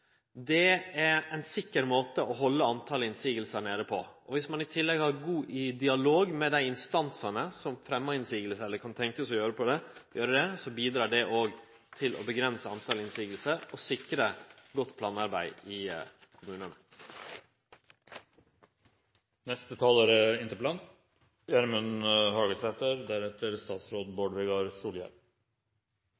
er det ein sikker måte å halde talet på motsegner nede på. Om ein i tillegg har god dialog med dei instansane som fremjar motsegner, eller som kan tenkje seg å gjere det, bidreg det òg til å avgrense talet på motsegner og sikre godt planarbeid i kommunane. Eg vil takke statsråden for svaret. Eg er